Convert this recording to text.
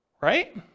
right